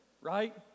right